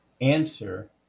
answer